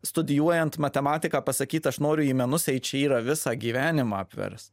studijuojant matematiką pasakyt aš noriu į menus eit čia yra visą gyvenimą apvers